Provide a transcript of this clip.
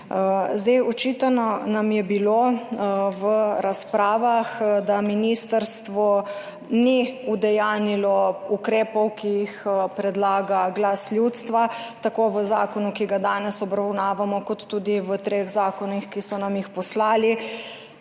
razpravah nam je bilo očitano, da ministrstvo ni udejanjilo ukrepov, ki jih predlaga Glas ljudstva, tako v zakonu, ki ga danes obravnavamo, kot tudi v treh zakonih, ki so nam jih poslali,